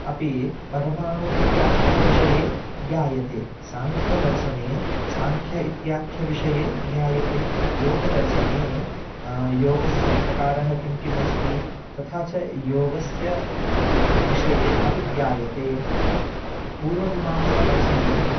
अपि परमाणुः इत्याख्यविषये ज्ञायते साङ्ख्यदर्शने साङ्ख्य इत्याख्यविषये ज्ञायते योगदर्शने योगस्य प्रकारः किं किम् अस्ति तथा च योगस्य विषये अपि ज्ञायते पूर्वमीमांसादर्शने